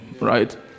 right